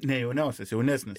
ne jauniausias jaunesnis